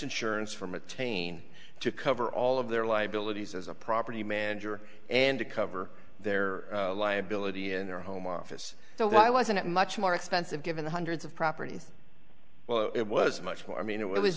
insurance from attain to cover all of their liabilities as a property manager and to cover their liability in their home office so why wasn't it much more expensive given the hundreds of properties well it was much more i mean it was